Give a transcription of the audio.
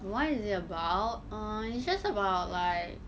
what is it about uh it's just about like